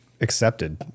accepted